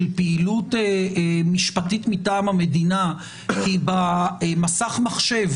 של פעילות משפטית מטעם המדינה כי במסך מחשב